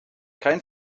kein